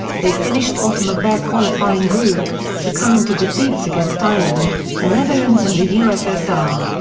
they finished bottom of their qualifying group, succumbing to defeats against ireland, the netherlands and the ussr.